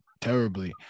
terribly